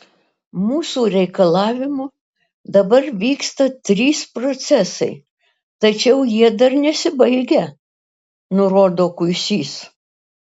mūsų reikalavimu dabar vyksta trys procesai tačiau jie dar nesibaigę nurodo kuisys